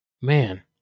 man